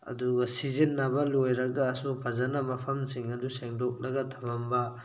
ꯑꯗꯨꯒ ꯁꯤꯖꯤꯟꯅꯕ ꯂꯣꯏꯔꯒꯁꯨ ꯐꯖꯅ ꯃꯐꯝꯁꯤꯡ ꯑꯗꯨ ꯁꯦꯡꯗꯣꯛꯂꯒ ꯊꯝꯃꯝꯕ